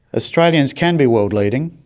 australians can be world leading.